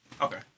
Okay